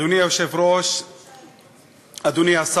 אדוני היושב-ראש,